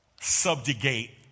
subjugate